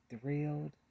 thrilled